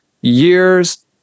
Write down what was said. years